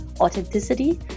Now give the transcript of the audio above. authenticity